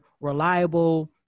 reliable